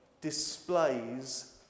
displays